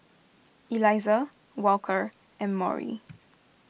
Elisa Walker and Maury